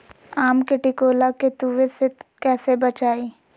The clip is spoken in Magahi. आम के टिकोला के तुवे से कैसे बचाई?